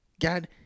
God